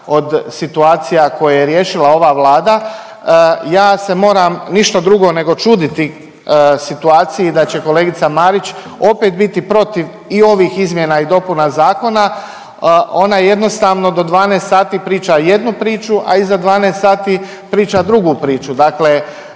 od situacija koje je riješila ova Vlada. Ja se moram ništa drugo nego čuditi situaciji da će kolegica Marić opet biti protiv i ovih izmjena i dopuna zakona. Ona jednostavno do 12 sati priča jednu priču, a iza 12 sati priča drugu priču.